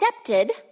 accepted